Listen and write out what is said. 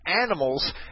animals